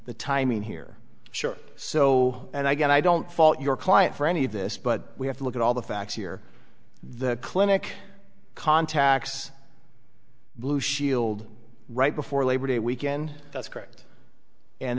the timing here sure so and i guess i don't fault your client for any of this but we have to look at all the facts here the clinic contacts blue shield right before labor day weekend that's correct and